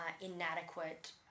inadequate